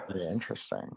Interesting